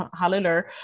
Hallelujah